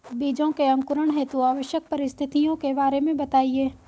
बीजों के अंकुरण हेतु आवश्यक परिस्थितियों के बारे में बताइए